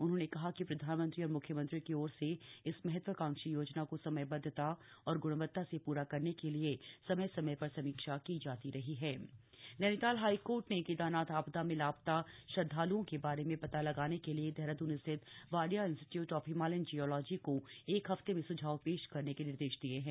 उन्होंने कहा कि प्रधानमंत्री और मुख्यमंत्री की ओर से इस महत्वाकांक्षी योजना को समयबद्धता और ग्णवत्ता से पूरा करने के लिए समय समय पर समीक्षा की जाती रहती हथ नमीताल हाईकोर्ट नव्रीताल हाईकोर्ट ने केदारनाथ आपदा में लापता श्रद्धाल्ओं के बारे में पता लगाने के लिये देहरादून स्थित Wadia Institute of Himalayan Geology को एक हफ्ते में सुझाव पेश करने के निर्देश दिए हैं